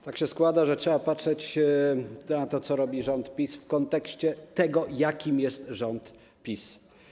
Tak się składa, że trzeba patrzeć na to, co robi rząd PiS, w kontekście tego, jaki jest rząd PiS.